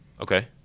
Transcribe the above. Okay